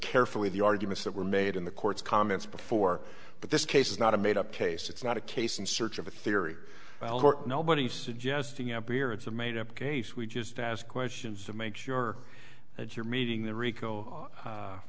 carefully the arguments that were made in the court's comments before but this case is not a made up case it's not a case in search of a theory or nobody's suggesting ampere it's a made up case we just ask questions to make sure that you're meeting the